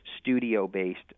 studio-based